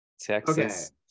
Texas